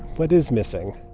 what is missing?